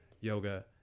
yoga